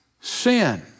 sin